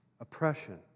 Oppression